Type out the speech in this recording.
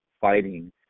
fighting